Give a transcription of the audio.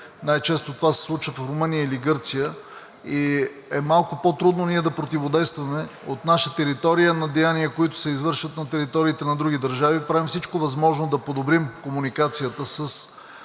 най-често това се случва в Румъния или Гърция и е малко по-трудно ние да противодействаме от наша територия на деяния, извършвани на териториите на други държави. Правим всичко възможно да подобрим комуникацията със